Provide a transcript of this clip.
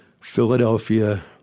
Philadelphia